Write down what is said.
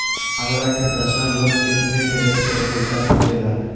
हमरा के personal loan कितना के रेट पर मिलता सके ला?